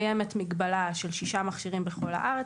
קיימת מגבלה של שישה מכשירים בכל הארץ,